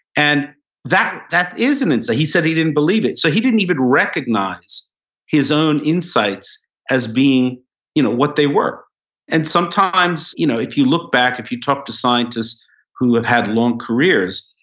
and that that is an insight, so he said he didn't believe it. so he didn't even recognize his own insights as being you know what they were and sometimes you know if you look back, if you talk to scientists who have had long careers,